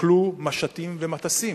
סוכלו משטים ומטסים,